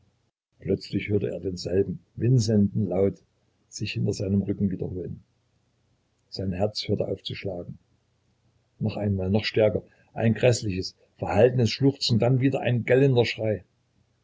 plötzlich hörte er denselben langen winselnden laut sich hinter seinem rücken wiederholen sein herz hörte auf zu schlagen noch einmal noch stärker ein gräßliches verhaltenes schluchzen dann wieder ein gellender schrei